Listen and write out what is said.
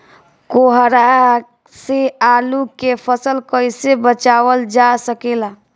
कोहरा से आलू के फसल कईसे बचावल जा सकेला?